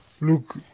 Look